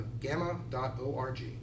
Gamma.org